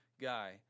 guy